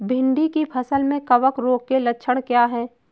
भिंडी की फसल में कवक रोग के लक्षण क्या है?